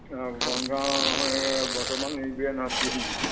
বনগাঁও এ বৰ্তমান এইবিলাক নহয় পি এন বি